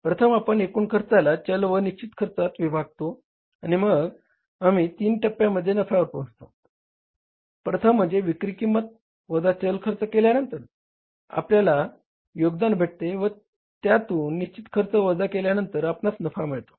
प्रथम आपण एकूण खर्चाला चल व निश्चित खर्चात विभागतो आणि मग आपल्याला तीन टप्प्यात नफ्यावर पोहोचतो प्रथम म्हणजे विक्री किंमत वजा चल खर्च केल्यांनतर आपल्याला योगदान भेटते व त्यातून निश्चित खर्च वजा केल्यांनतर आपणास नफा मिळतो